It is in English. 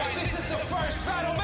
this is the first